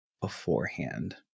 beforehand